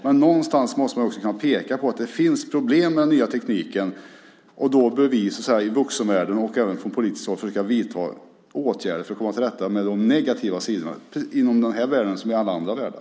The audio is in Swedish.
Men det finns problem med den nya tekniken. Vi vuxna och vi politiker bör försöka vidta åtgärder för att komma till rätta med de negativa sidorna inom den här världen, precis som i alla andra världar.